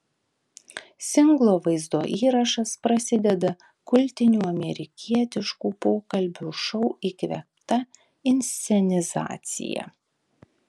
singlo vaizdo įrašas prasideda kultinių amerikietiškų pokalbių šou įkvėpta inscenizacija